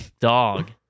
dog